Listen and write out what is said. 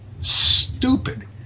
stupid